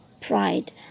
pride